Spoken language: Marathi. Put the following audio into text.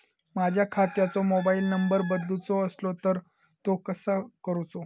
माझ्या खात्याचो मोबाईल नंबर बदलुचो असलो तर तो कसो करूचो?